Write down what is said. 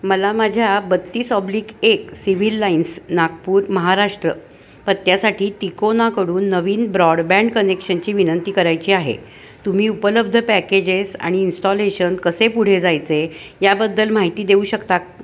मला माझ्या बत्तीस ऑब्लिक एक सिव्हिल लाईन्स नागपूर महाराष्ट्र पत्त्यासाठी तिकोनाकडून नवीन ब्रॉडबँड कनेक्शनची विनंती करायची आहे तुम्ही उपलब्ध पॅकेजेस आणि इन्स्टॉलेशन माहिती देऊ शकता